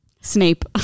Snape